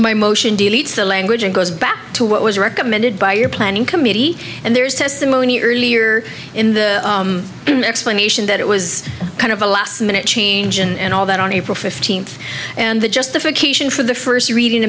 my motion deletes the language and goes back to what was recommended by your planning committee and there's testimony earlier in the explanation that it was kind of a last minute change and all that on april fifteenth and the justification for the first reading